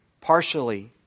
partially